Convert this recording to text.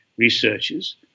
researchers